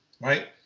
right